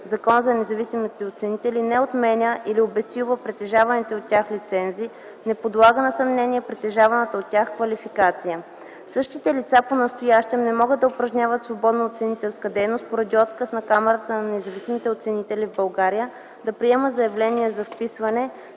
Закон за независимите оценители не отменя или обезсилва притежаваните от тях лицензи, не подлага на съмнение притежаваната от тях квалификация. Същите лица понастоящем не могат да упражняват свободно оценителска дейност поради отказ на Камарата на независимите оценители в България да приема заявления за вписване